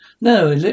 No